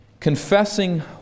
Confessing